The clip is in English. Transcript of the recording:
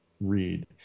read